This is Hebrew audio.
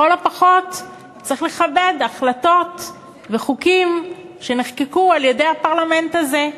לכל הפחות צריך לכבד החלטות וחוקים שנחקקו על-ידי הפרלמנט הזה.